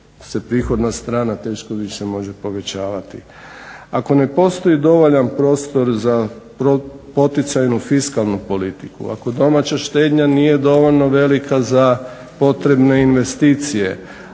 prihodovna strana teško više može povećavati. Ako ne postoji dovoljan prostor za poticajnu fiskalnu politiku, ako domaća štednja nije dovoljno velika za potrebne investicije,